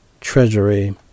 treasury